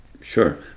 Sure